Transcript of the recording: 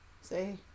Say